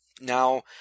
Now